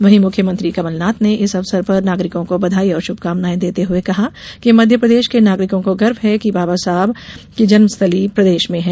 वहीं मुख्यमंत्री कमलनाथ ने इस अवसर पर नागरिकों को बधाई और शुभकामनाएँ देते हुए कहा कि मध्यप्रदेश के नागरिकों को गर्व है कि बाबा साहेब की जन्म स्थली प्रदेश में है